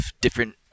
different